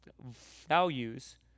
values